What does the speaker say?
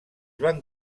van